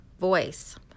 Voice